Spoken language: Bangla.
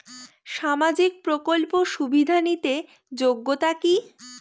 সামাজিক প্রকল্প সুবিধা নিতে যোগ্যতা কি?